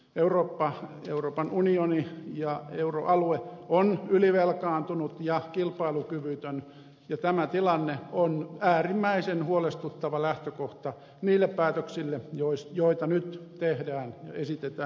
eurooppa euroopan unioni ja euroalue on ylivelkaantunut ja kilpailukyvytön ja tämä tilanne on äärimmäisen huolestuttava lähtökohta niille päätöksille joita nyt tehdään ja esitetään ja valmistellaan